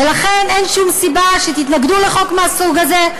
לכן אין שום סיבה שתתנגדו לחוק מהסוג הזה,